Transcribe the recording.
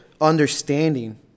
understanding